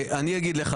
אני אגיד לך.